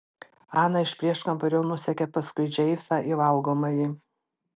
ana iš prieškambario nusekė paskui džeimsą į valgomąjį